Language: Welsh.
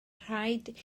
rhaid